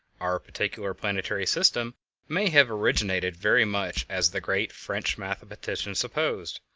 our particular planetary system may have originated very much as the great french mathematician supposed,